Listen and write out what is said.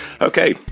Okay